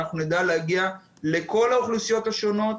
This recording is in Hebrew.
נדע להגיע לכל האוכלוסיות השונות.